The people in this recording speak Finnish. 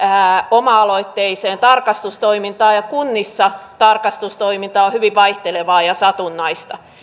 oma aloitteeseen tarkastustoimintaan ja kunnissa tarkastustoiminta on hyvin vaihtelevaa ja satunnaista